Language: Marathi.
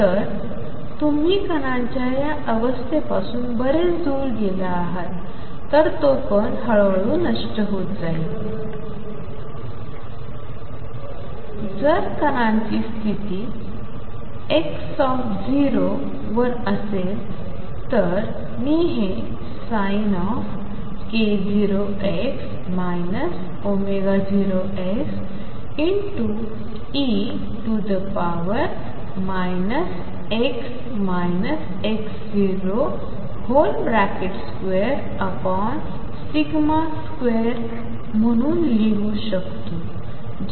तर तुम्ही कणांच्या या अवस्थेपासून बरेच दूर गेलात तर तो कण हळूहळू नष्ट होत जाईल तर जर कणांची स्थिती x 0 वर असेल तर मी हे Sink0x 0x e 22 म्हणून लिहू शकतो